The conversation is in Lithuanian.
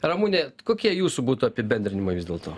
ramune kokie jūsų būtų apibendrinimai vis dėlto